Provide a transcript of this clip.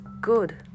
good